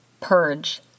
purge